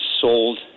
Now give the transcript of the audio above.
sold